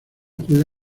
juega